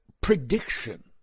prediction